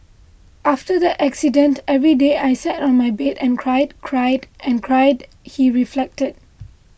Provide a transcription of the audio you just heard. after the accident every day I sat on my bed and cried cried and cried he reflected